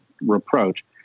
reproach